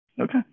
Okay